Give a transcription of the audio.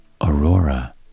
Aurora